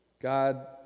God